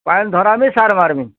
ପାଏନ୍ ଧରାମି ସାର୍ ମାର୍ମି